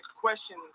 question